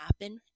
happen